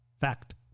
Fact